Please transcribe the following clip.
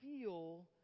feel